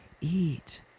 eat